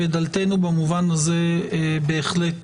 דלתנו במובן הזה בהחלט